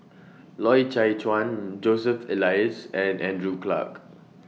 Loy Chye Chuan Joseph Elias and Andrew Clarke